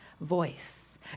voice